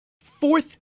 fourth